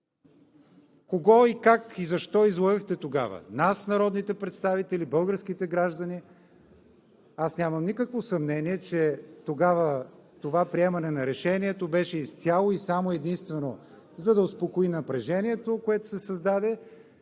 Кого, как и защо излъгахте тогава – нас, народните представители, българските граждани? Аз нямам никакво съмнение, че тогава това приемане на решението беше изцяло и само единствено, за да се успокои напрежението, което се създаде